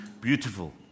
beautiful